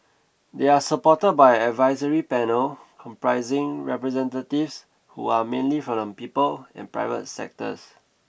they are supported by an advisory panel comprising representatives who are mainly from the people and private sectors